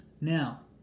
Now